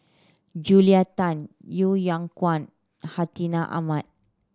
Julia Tan Yeo Yeow Kwang Hartinah Ahmad